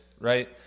right